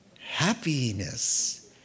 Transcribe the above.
Happiness